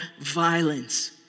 violence